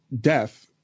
death